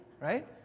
right